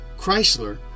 Chrysler